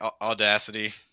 Audacity